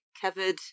covered